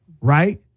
right